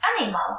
animal